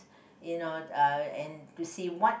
you know uh and to see what